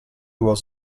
was